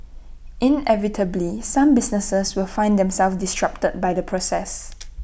inevitably some businesses will find themselves disrupted by the process